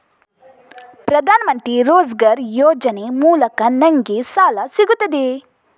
ಪ್ರದಾನ್ ಮಂತ್ರಿ ರೋಜ್ಗರ್ ಯೋಜನೆ ಮೂಲಕ ನನ್ಗೆ ಸಾಲ ಸಿಗುತ್ತದೆಯೇ?